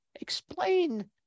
explain